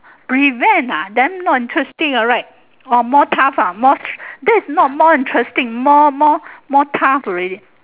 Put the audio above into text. prevent ah then not interesting right or more tough that's not more interesting more more more tough already